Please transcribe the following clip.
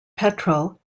petrel